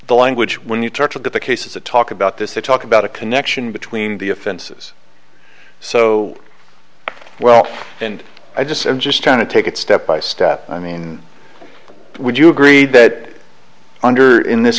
the language when you touch of that the cases that talk about this they talk about a connection between the offenses so well and i just i'm just trying to take it step by step i mean would you agree that under in this